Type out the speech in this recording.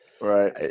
Right